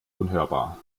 unhörbar